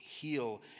heal